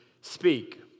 speak